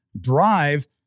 drive